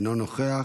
אינו נוכח,